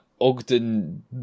Ogden